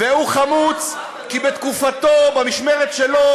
והוא חמוץ כי בתקופתו במשמרת שלו,